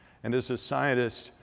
and as a scientist,